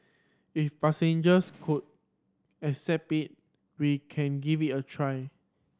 if passengers could accept we can give it a try